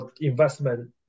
investment